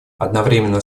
одновременно